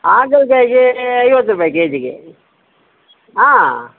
ಆದ ಬೆಲೆ ಐವತ್ತು ರೂಪಾಯಿ ಕೆ ಜಿಗೆ ಹಾಂ